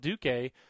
Duque